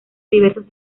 diversos